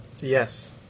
Yes